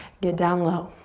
get down low.